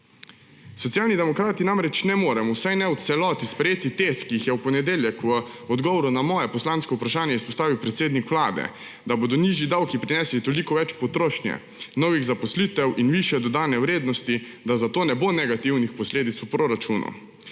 Socialni demokrati namreč ne moremo, vsaj ne v celoti, sprejeti tez, ki jih je v ponedeljek v odgovoru na moje poslansko vprašanje izpostavil predsednik Vlade, da bodo nižji davki prinesli toliko več potrošnje, novih zaposlitev in višje dodane vrednosti, da zato ne bo negativnih posledic v proračunu.